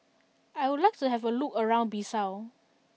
I would like to have a look around Bissau